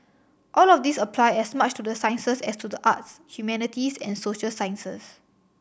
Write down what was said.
all of these apply as much to the sciences as to the arts humanities and social sciences